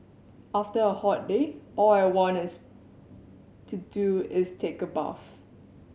after a hot day all I want is to do is take a bath